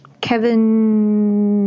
Kevin